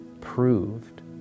proved